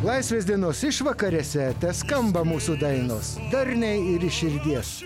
laisvės dienos išvakarėse teskamba mūsų dainos darniai ir širdies